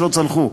ולא צלחו.